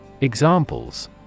Examples